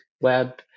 web